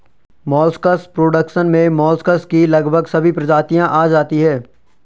molluscs production में molluscs की लगभग सभी प्रजातियां आ जाती हैं